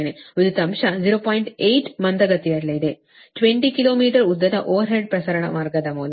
8 ಮಂದಗತಿಯಲ್ಲಿದೆ 20 ಕಿಲೋಮೀಟರ್ ಉದ್ದದ ಓವರ್ಹೆಡ್ ಪ್ರಸರಣ ಮಾರ್ಗದ ಮೂಲಕ